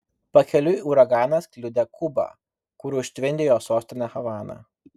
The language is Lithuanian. pakeliui uraganas kliudė kubą kur užtvindė jos sostinę havaną